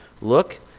Look